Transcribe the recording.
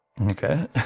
Okay